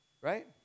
right